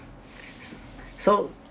so